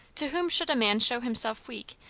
to whom should a man show himself weak,